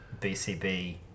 BCB